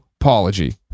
apology